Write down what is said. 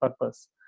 purpose